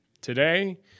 today